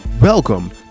Welcome